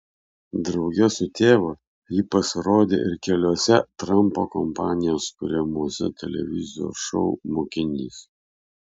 drauge su tėvu ji pasirodė ir keliuose trampo kompanijos kuriamuose televizijos šou mokinys